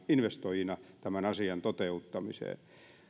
investoijina tämän asian toteuttamiseen